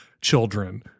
children